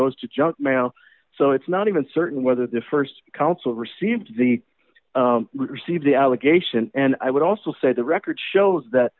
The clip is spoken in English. goes to junk mail so it's not even certain whether the st council received the received the allegation and i would also say the record shows that